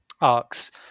arcs